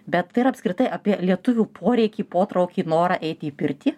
bet tai yra apskritai apie lietuvių poreikį potraukį norą eiti į pirtį